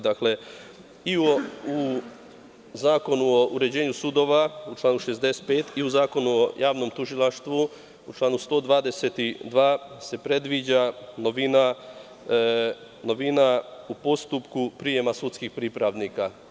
Dakle, i u Zakonu o uređenju sudova, u članu 65. i u Zakonu o javnom tužilaštvu, u članu 122. se predviđa novina u postupku prijema sudskih pripravnika.